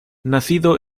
nacido